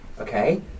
okay